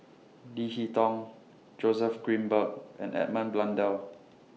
Leo Hee Tong Joseph Grimberg and Edmund Blundell